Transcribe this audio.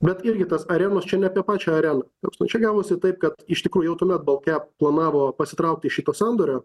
bet irgi tas arenos čia ne apie pačią areną absoliučia gavosi taip kad iš tikro jau tuomet baltcap planavo pasitrauktiiš šito sandorio